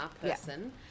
person